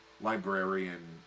librarian